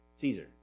Caesar